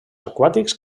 aquàtics